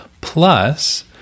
plus